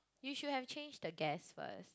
you should have changed the gas first